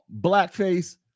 blackface